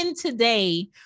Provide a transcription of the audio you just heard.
today